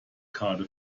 karte